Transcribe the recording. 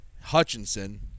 Hutchinson